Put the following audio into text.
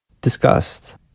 Disgust